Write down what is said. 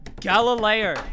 Galileo